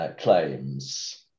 claims